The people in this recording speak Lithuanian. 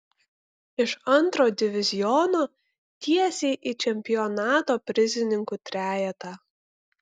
iš antro diviziono tiesiai į čempionato prizininkų trejetą